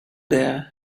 there